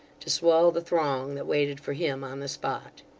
to swell the throng that waited for him on the spot.